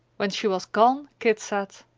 when she was gone, kit said,